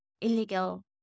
illegal